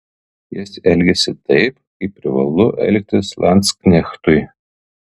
jis elgėsi taip kaip privalu elgtis landsknechtui